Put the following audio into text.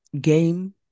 game